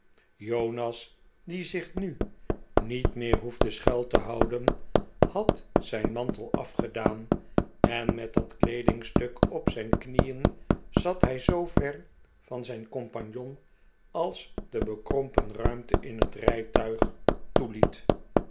jonas die zich nu niet meer hoefde schuil te houden had zijn mantel afgedaan en met dat kleedingstuk op zijn knieen zat hij zoover van zijn compagnon als de bekrompen ruimte in het rijtuig toeliet